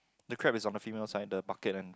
the crab is on the female side the bucket and